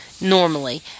normally